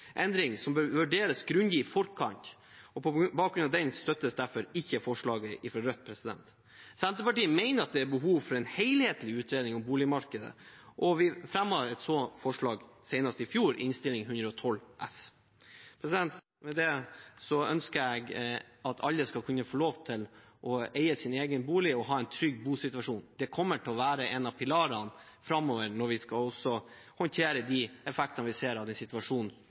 endring som bør vurderes grundig i forkant. På bakgrunn av det støttes derfor ikke forslaget fra Rødt. Senterpartiet mener at det er behov for en helhetlig utredning av boligmarkedet, og vi fremmet et sånt forslag senest i fjor, i Innst. 112 S for 2019–2020. Med det ønsker jeg at alle skal kunne få lov til å eie sin egen bolig og ha en trygg bosituasjon. Det kommer til å være en av pilarene framover når vi skal håndtere de effektene vi ser av den situasjonen